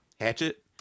hatchet